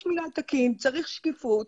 יש מינהל תקין וצריכה להיות שקיפות.